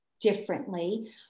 differently